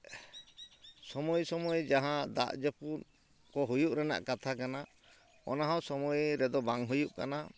ᱥᱚᱢᱚᱭ ᱥᱚᱢᱚᱭ ᱡᱟᱦᱟᱸ ᱫᱟᱜ ᱡᱟᱹᱯᱩᱫ ᱠᱚ ᱦᱩᱭᱩᱜ ᱨᱮᱱᱟᱜ ᱠᱟᱛᱷᱟ ᱠᱟᱱᱟ ᱚᱱᱟ ᱦᱚᱸ ᱥᱚᱢᱚᱭ ᱨᱮᱫᱚ ᱵᱟᱝ ᱦᱩᱭᱩᱜ ᱠᱟᱱᱟ